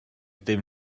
dim